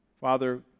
Father